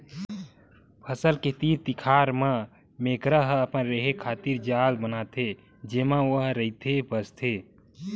फसल के तीर तिखार म मेकरा ह अपन रेहे खातिर जाल बनाथे जेमा ओहा रहिथे बसथे